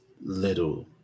little